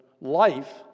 life